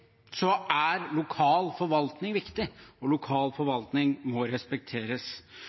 er lokal forvaltning viktig, og lokal forvaltning må respekteres.